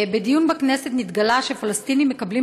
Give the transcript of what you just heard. בדיון בכנסת נתגלה שפלסטינים המקבלים